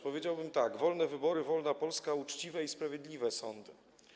Powiedziałbym tak: wolne wybory, wolna Polska, uczciwe i sprawiedliwe sądy.